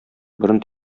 борын